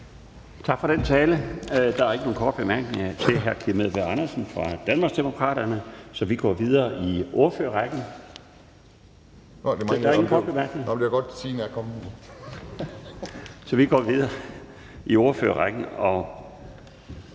Tak for den tale. Der er ikke nogen korte bemærkninger til hr. Kim Edberg Andersen fra Danmarksdemokraterne. Så vi går videre i ordførerrækken, og det er fru Signe